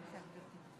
(חותמת על ההצהרה)